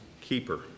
keeper